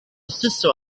stesso